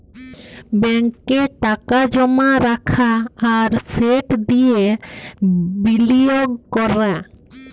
ব্যাংকে টাকা জমা রাখা আর সেট দিঁয়ে বিলিয়গ ক্যরা